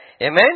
Amen